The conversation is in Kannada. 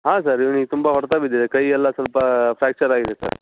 ಹಾಂ ಸರ್ ಇವ್ನಿಗೆ ತುಂಬ ಹೊಡೆತ ಬಿದ್ದಿದೆ ಕೈಯೆಲ್ಲ ಸ್ವಲ್ಪ ಫ್ಯಾಕ್ಚರ್ ಆಗಿದೆ ಸರ್